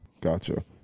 Gotcha